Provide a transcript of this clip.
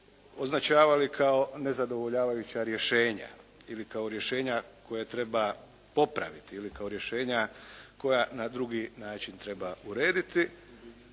označavali kao nezadovoljavajuća rješenja ili kao rješenja koja treba popraviti ili kao rješenja koja na drugi način treba urediti,